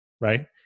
right